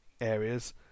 areas